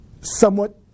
somewhat